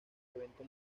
evento